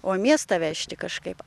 o miestą vežti kažkaip